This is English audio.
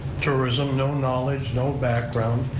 tourism, no knowledge, no background,